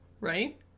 Right